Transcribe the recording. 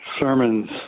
Sermons